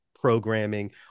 programming